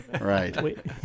Right